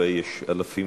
בפתח-תקווה יש אלפים,